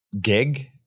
gig